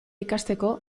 ikasteko